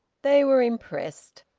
they were impressed.